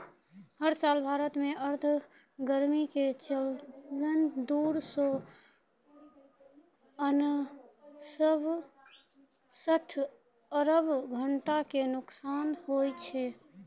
हर साल भारत मॅ आर्द्र गर्मी के चलतॅ दू सौ उनसठ अरब घंटा के नुकसान होय छै